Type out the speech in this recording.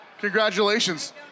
Congratulations